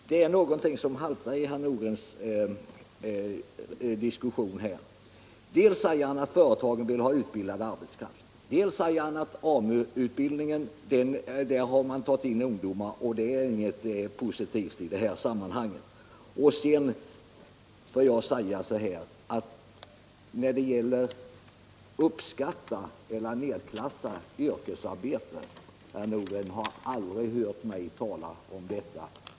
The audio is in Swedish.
Herr talman! Det är någonting som haltar i herr Nordgrens resonemang här. Dels säger han att företagen vill ha utbildad arbetskraft. Dels säger han att AMU-utbildningen, där ungdomar här tagits in, inte är någonting positivt i det här sammanhanget. När det gäller att uppskatta eller nerklassa yrkesarbete måste jag säga att herr Nordgren aldrig har hört mig klassa ner något arbete.